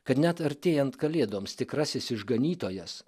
kad net artėjant kalėdoms tikrasis išganytojas